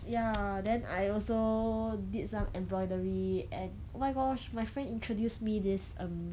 ya then I also did some embroidery and oh my gosh my friend introduce me this um